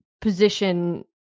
position